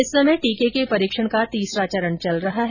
इस समय टीके के परीक्षण का तीसरा चरण चल रहा है